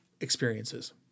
experiences